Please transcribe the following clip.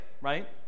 right